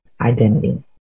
identity